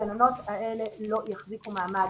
הגננות האלה לא יחזיקו מעמד.